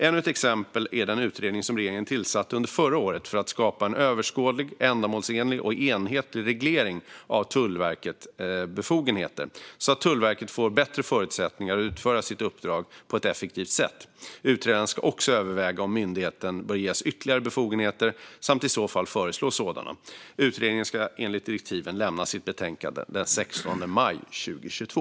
Ännu ett exempel är den utredning som regeringen tillsatte under förra året för att skapa en överskådlig, ändamålsenlig och enhetlig reglering av Tullverkets befogenheter så att Tullverket får bättre förutsättningar att utföra sitt uppdrag på ett effektivt sätt. Utredaren ska också överväga om myndigheten bör ges ytterligare befogenheter samt i så fall föreslå sådana. Utredningen ska enligt direktiven lämna sitt betänkande den 16 maj 2022.